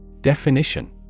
Definition